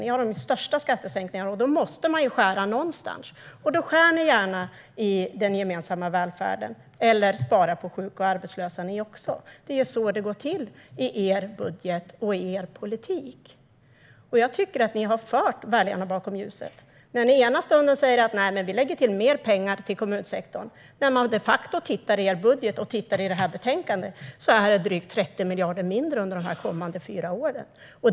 Ni har de största skattesänkningarna, och då måste ni ju skära någonstans. Då skär ni gärna i den gemensamma välfärden eller sparar på sjuka och arbetslösa. Det är så det går till i er budget och i er politik. Jag tycker att ni för väljarna bakom ljuset när ni säger att ni lägger till mer pengar till kommunsektorn, för i er budget och i det här betänkandet är det drygt 30 miljarder mindre under de kommande fyra åren.